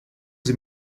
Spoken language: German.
sie